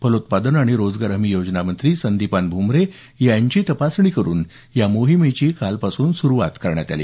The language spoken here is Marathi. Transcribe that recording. फलोत्पादन आणि रोजगार हमी योजना मंत्री संदीपान भुमरे यांची तपासणी करून या मोहिमेची सुरुवात काल करण्यात आली